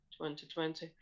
2020